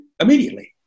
immediately